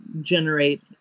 generate